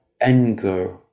anger